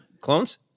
clones